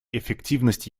эффективность